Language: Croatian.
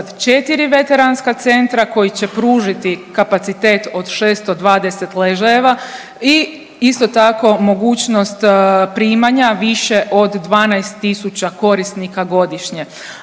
veteranska centra koji će pružiti kapacitet od 620 ležajeva i isto tako mogućnost primanja više od 12000 korisnika godišnje.